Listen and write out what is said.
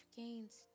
gains